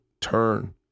turn